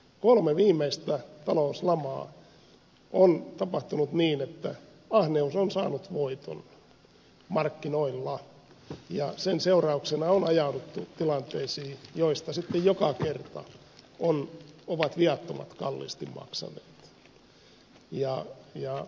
kolme viimeistä talouslamaa on tapahtunut niin että ahneus on saanut voiton markkinoilla ja sen seurauksena on ajauduttu tilanteisiin joista sitten joka kerta ovat viattomat kalliisti maksaneet